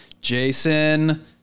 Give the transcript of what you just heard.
Jason